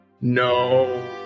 No